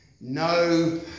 No